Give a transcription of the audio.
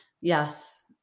Yes